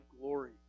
glory